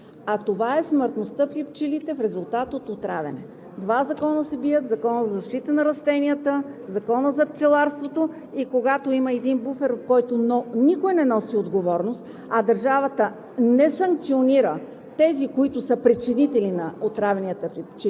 а това е смъртността при пчелите в резултат от отравяне. Два закона се бият – Законът за защита на растенията и Законът за пчеларството. И когато има един буфер, в който никой не носи отговорност, а държавата не санкционира тези, които са причинители на отравянията при пчелите,